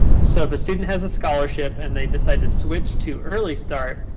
so if a student has a scholarship and they decide to switch to early start,